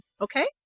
Okay